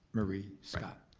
marie scott.